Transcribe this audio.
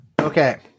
Okay